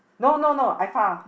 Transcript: no no no I found